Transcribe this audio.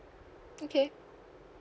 okay